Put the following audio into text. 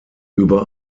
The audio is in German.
über